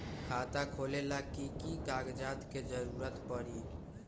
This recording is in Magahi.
खाता खोले ला कि कि कागजात के जरूरत परी?